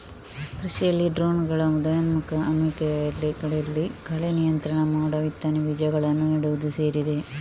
ಕೃಷಿಯಲ್ಲಿ ಡ್ರೋನುಗಳ ಉದಯೋನ್ಮುಖ ಅನ್ವಯಿಕೆಗಳಲ್ಲಿ ಕಳೆ ನಿಯಂತ್ರಣ, ಮೋಡ ಬಿತ್ತನೆ, ಬೀಜಗಳನ್ನು ನೆಡುವುದು ಸೇರಿದೆ